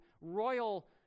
royal